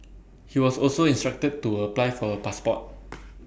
he was also instructed to A apply for A passport